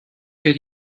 could